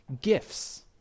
gifts